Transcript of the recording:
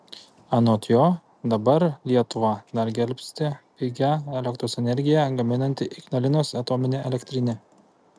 anot jo dabar lietuvą dar gelbsti pigią elektros energiją gaminanti ignalinos atominė elektrinė